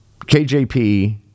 KJP